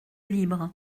libre